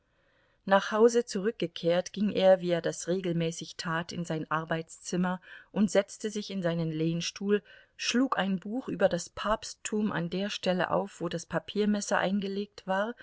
nach hause zurückgekehrt ging er wie er das regelmäßig tat in sein arbeitszimmer und setzte sich in seinen lehnstuhl schlug ein buch über das papsttum an der stelle auf wo das papiermesser eingelegt war